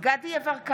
דסטה גדי יברקן,